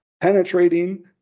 penetrating